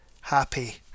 happy